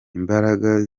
imbaraga